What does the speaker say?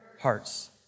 hearts